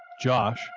Josh